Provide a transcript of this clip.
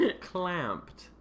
Clamped